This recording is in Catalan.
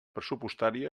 pressupostària